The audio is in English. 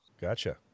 Gotcha